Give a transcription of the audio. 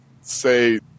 say